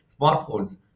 smartphones